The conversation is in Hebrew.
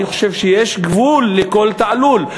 אני חושב שיש גבול לכל תעלול.